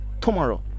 tomorrow